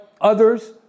others